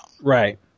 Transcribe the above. right